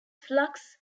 flux